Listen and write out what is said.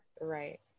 right